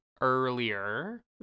earlier